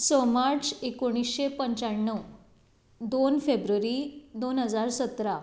स मार्च एकोणिशें पच्याणव दोन फेब्रुवरी दोन हजार सतरा